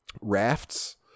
rafts